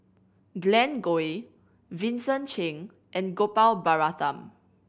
Glen Goei Vincent Cheng and Gopal Baratham